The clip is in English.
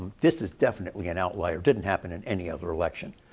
this is definitely an outlier. it didn't happen in any other election.